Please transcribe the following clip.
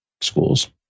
schools